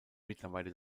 mittlerweile